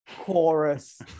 chorus